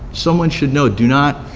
someone should know, do not